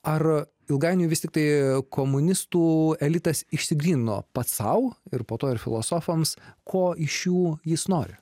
ar ilgainiui vis tiktai komunistų elitas išsigrynino pats sau ir po to ir filosofams ko iš jų jis nori